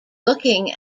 looking